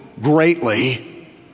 greatly